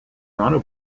toronto